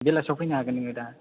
बेलासियाव फैनो हागोन नोङो दा